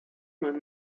man